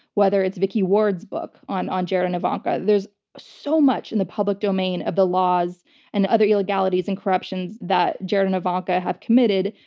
whether it's vicky ward's book on on jared and ivanka. there's so much in the public domain of the laws and other illegalities and corruption that jared and ivanka have committed,